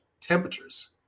temperatures